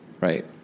right